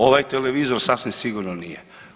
Ovaj televizor sasvim sigurno nije.